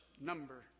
number